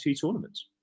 tournaments